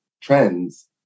trends